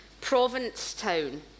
Provincetown